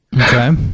Okay